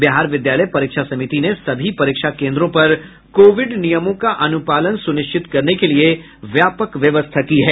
बिहार विद्यालय परीक्षा समिति ने सभी परीक्षा केन्द्रों पर कोविड नियमों का अनुपालन सुनिश्चित करने के लिए व्यापक व्यवस्था की है